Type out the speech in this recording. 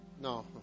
No